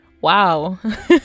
Wow